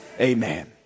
amen